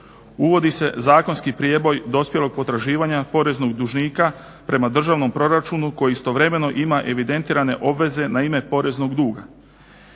Uvodi se zakonski prijeboj dospjelog potraživanja poreznog dužnika prema državnom proračunu koji istovremeno ima evidentirane obveze na ime poreznog duga.